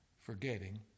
forgetting